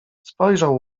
spojrzał